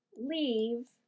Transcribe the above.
leave